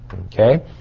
okay